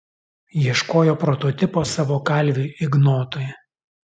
ieškojo prototipo savo kalviui ignotui